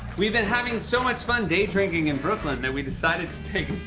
we've been having so much fun day-drinking in brooklyn that we decided to take